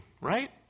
right